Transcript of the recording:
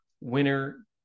winner